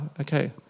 okay